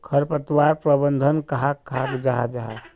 खरपतवार प्रबंधन कहाक कहाल जाहा जाहा?